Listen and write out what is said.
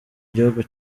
gihugu